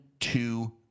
Two